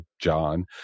John